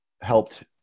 helped